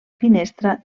finestra